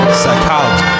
Psychology